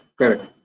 correct